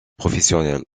professionnelle